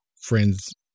friends